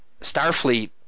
Starfleet